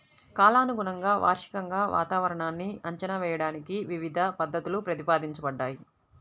కాలానుగుణంగా, వార్షికంగా వాతావరణాన్ని అంచనా వేయడానికి వివిధ పద్ధతులు ప్రతిపాదించబడ్డాయి